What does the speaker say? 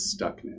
stuckness